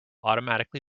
automatically